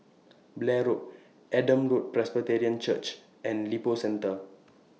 Blair Road Adam Road Presbyterian Church and Lippo Centre